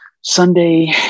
Sunday